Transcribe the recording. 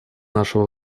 нашего